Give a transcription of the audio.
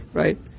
right